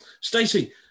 Stacey